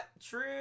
true